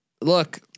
Look